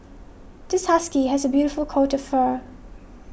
this husky has a beautiful coat of fur